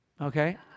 okay